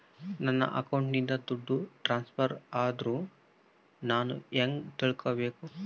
ನನ್ನ ಅಕೌಂಟಿಂದ ದುಡ್ಡು ಟ್ರಾನ್ಸ್ಫರ್ ಆದ್ರ ನಾನು ಹೆಂಗ ತಿಳಕಬೇಕು?